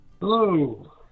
Hello